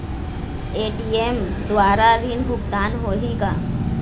ATM द्वारा ऋण भुगतान होही का?